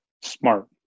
smart